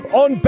on